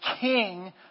king